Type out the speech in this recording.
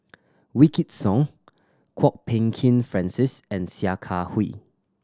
Wykidd Song Kwok Peng Kin Francis and Sia Kah Hui